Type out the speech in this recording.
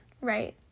right